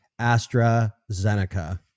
AstraZeneca